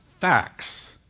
facts